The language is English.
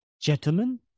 Gentlemen